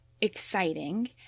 exciting